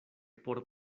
por